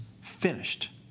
finished